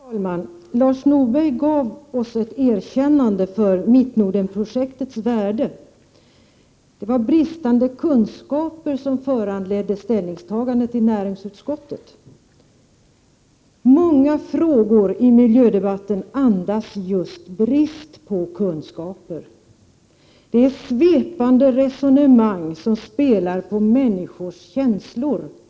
Herr talman! Lars Norberg gav oss ett erkännande för Mittnordenprojektets värde. Det var bristande kunskaper som föranledde ställningstagandet i näringsutskottet. Många inlägg i miljödebatten andas just brist på kunskaper. Man använder sig ofta av svepande resonemang som spelar på människors känslor.